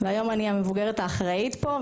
והיום אני המבוגרת האחראית פה,